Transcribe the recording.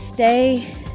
Stay